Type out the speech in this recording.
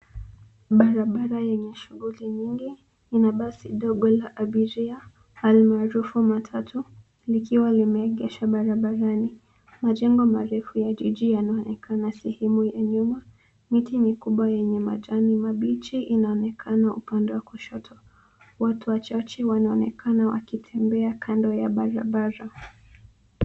Barabara yenye shughuli nyingi. Ina basi ndogo la abiria almaarufu matatu likiwa limeegeshwa barabarani. Majengo marefu ya jiji yanaonekana sehemu ya nyuma. Miti mikubwa yenye majani mabichi inaonekana upande wa kushoto. Watu wachache wanaonekana wakitembea kando ya barabara.